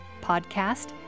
podcast